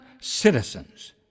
citizens